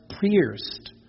pierced